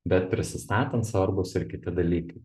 bet prisistatant svarbūs ir kiti dalykai